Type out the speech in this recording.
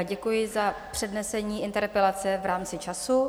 Děkuji za přednesení interpelace v rámci času.